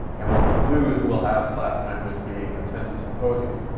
and what we'll do is we'll have class time just be attend the symposium.